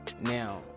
now